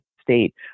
state